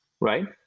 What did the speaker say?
right